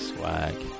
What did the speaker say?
Swag